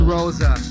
Rosa